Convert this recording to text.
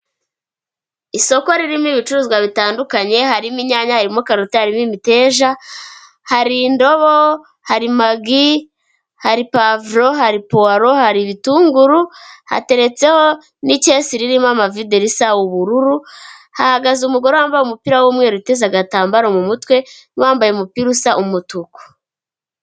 Isoko ririmo ibicuruzwa bitandukanye, harimo inyanya, harimo karoti, harimo imiteja, hari indobo, hari magi, hari pavuro, hari puwaro, hari ibitunguru, hateretseho n'icyesi ririmo amavide risa ubururu, hahagaze umugore wambaye umupira w'umweru witeze agatambaro mu mutwe nu wambaye umupira usa umutuku.